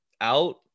out